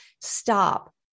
stop